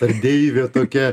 ar deivė tokia